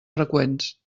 freqüents